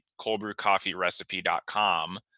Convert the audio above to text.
coldbrewcoffeerecipe.com